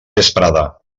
vesprada